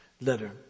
letter